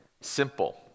simple